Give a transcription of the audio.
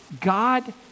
God